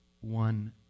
one